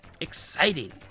exciting